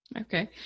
Okay